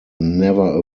never